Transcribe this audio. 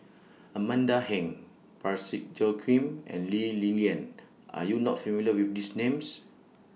Amanda Heng Parsick Joaquim and Lee Li Lian Are YOU not familiar with These Names